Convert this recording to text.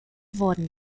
worden